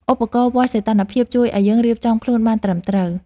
ឧបករណ៍វាស់សីតុណ្ហភាពជួយឱ្យយើងរៀបចំខ្លួនបានត្រឹមត្រូវ។